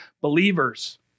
believers